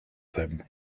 them